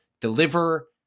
deliver